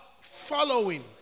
Following